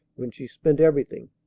when she's spent everything.